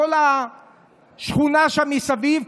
בכל השכונה שם מסביב,